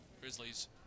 Grizzlies